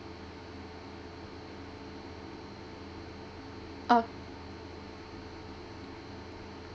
oh